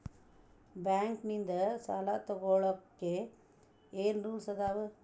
Bank ನಿಂದ್ ಸಾಲ ತೊಗೋಳಕ್ಕೆ ಏನ್ ರೂಲ್ಸ್ ಅದಾವ?